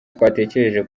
twatekereje